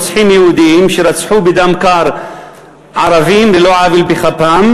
רוצחים יהודים שרצחו בדם קר ערבים על לא עוול בכפם,